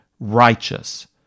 righteous